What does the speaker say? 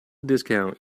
discount